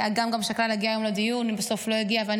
אגם גם שקלה להגיע היום לדיון ובסוף לא הגיעה.